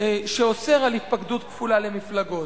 על התפקדות כפולה למפלגות.